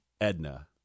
Edna